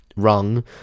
wrong